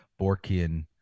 Borkian